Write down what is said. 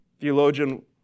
theologian